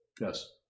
Yes